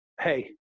hey